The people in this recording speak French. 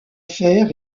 fer